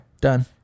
done